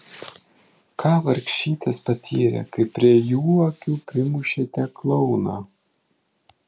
ką vargšytės patyrė kai prie jų akių primušėte klouną